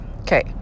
Okay